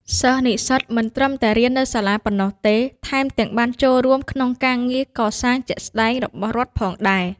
សិស្សនិស្សិតមិនត្រឹមតែរៀននៅសាលាប៉ុណ្ណោះទេ ថែមទាំងបានចូលរួមក្នុងការងារកសាងជាក់ស្តែងរបស់រដ្ឋផងដែរ។